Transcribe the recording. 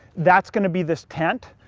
that's gonna be this tent.